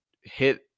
hit